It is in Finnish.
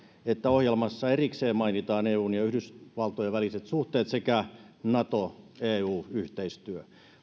että ohjelmassa erikseen mainitaan eun ja yhdysvaltojen väliset suhteet sekä nato eu yhteistyö